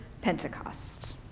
Pentecost